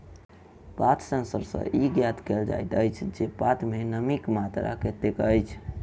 पात सेंसर सॅ ई ज्ञात कयल जाइत अछि जे पात मे नमीक मात्रा कतेक अछि